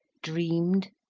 dreamed,